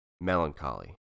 melancholy